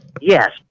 Yes